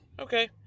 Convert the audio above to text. okay